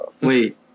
wait